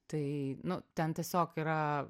tai nu ten tiesiog yra